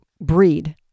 breed